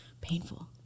painful